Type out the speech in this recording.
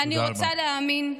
תודה רבה.